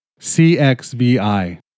CXVI